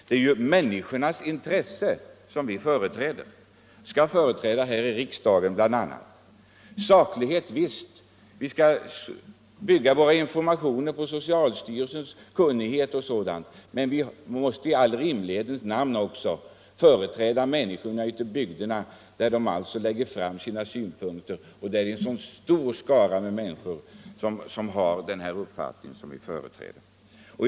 Det är ju människornas intressen som vi skall företräda här i riksdagen bl.a. Visst skall det vara saklighet — vi skall bygga våra informationer på socialstyrelsens kunnighet och sådant. Men vi måste i all rimlighets namn också företräda människorna ute i bygderna, där de lägger fram sina synpunkter och där det är en så stor skara som har den uppfattning motionärerna företräder.